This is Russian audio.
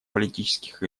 политических